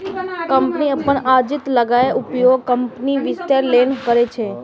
company अपन अर्जित आयक उपयोग कंपनीक विस्तार लेल करै छै